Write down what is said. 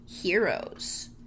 heroes